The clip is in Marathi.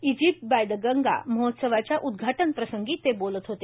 इजिप्त बाय द गंगा महोत्सवाच्या उद्घाटना प्रसंगी ते बोलत होते